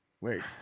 wait